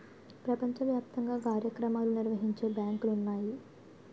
ప్రపంచ వ్యాప్తంగా కార్యక్రమాలు నిర్వహించే బ్యాంకులు ఉన్నాయి